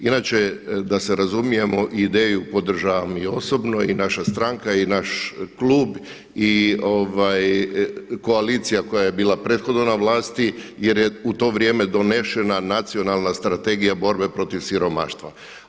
Inače da se razumijemo ideju podržavam i osobno i naša stranka i naš klub i koalicija koja je bila prethodno na vlasti, jer je u to vrijeme donešena Nacionalna strategija borbe protiv siromaštva.